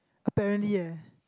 apparently eh